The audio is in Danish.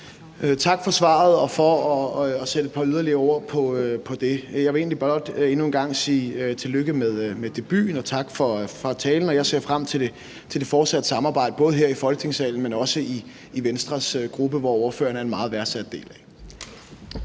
Tak for svaret og for at sætte et par yderligere ord på det. Jeg vil egentlig blot endnu en gang sige tillykke med debuten og tak for talen. Jeg ser frem til det fortsatte samarbejde både her i Folketingssalen, men også i Venstres gruppe, som ordføreren er en meget værdsat del af.